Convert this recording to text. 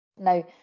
Now